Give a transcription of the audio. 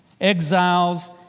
exiles